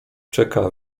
czeka